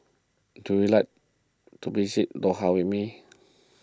do you like to visit Doha with me